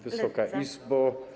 Wysoka Izbo!